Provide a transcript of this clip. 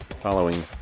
following